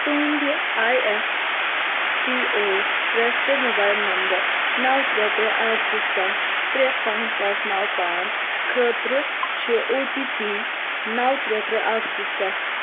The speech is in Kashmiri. تُہُنٛدِ I F P O registered mobile number نَو ترٛےٚ ترٛےٚ اَکھ زٕ سَتھ ترٛےٚ پانٛژھ پانٛژھ نَو پانٛژھ خٲطرٕ چھُ او ٹی پی نَو ترٛےٚ ترٛےٚ اَکھ زٕ سَتھ